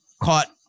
caught